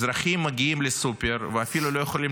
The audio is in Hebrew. אזרחים מגיעים לסופר ואפילו לא יכולים